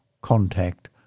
contact